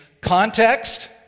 Context